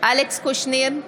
אלכס קושניר,